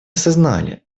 осознали